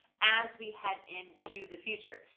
as we head into the future.